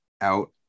out